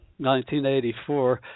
1984